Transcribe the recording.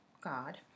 God